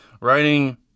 writing